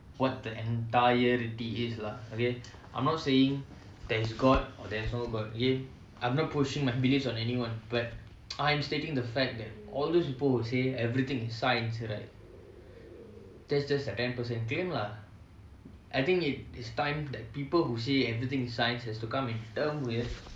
ya and also you know um I I really love when people who say this oh cannot be proven by science cannot be proven by science அறிவியல்வந்துகண்டுபிடிக்கல:ariviyal vandhu kandupidikala my real question is by whose science ya of course if your version of laboratory coats and laboratory test tubes then